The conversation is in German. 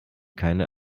keine